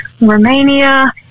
Romania